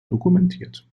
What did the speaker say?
dokumentiert